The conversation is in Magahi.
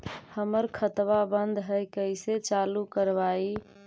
हमर खतवा बंद है कैसे चालु करवाई?